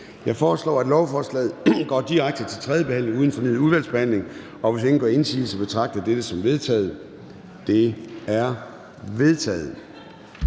Jeg foreslår, at lovforslaget går direkte til tredje behandling uden fornyet udvalgsbehandling. Hvis ingen gør indsigelse, betragter jeg dette som vedtaget. Det er vedtaget.